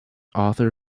author